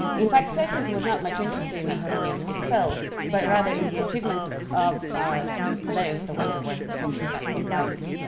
in fact tzetzes was not much interested in the charonion itself, but rather in the achievements of ah leios the wonder worker, whom he thought called laius.